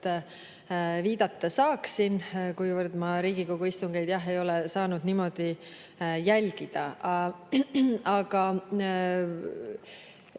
viidata saaksin, kuivõrd ma Riigikogu istungeid ei ole saanud niimoodi jälgida. Aga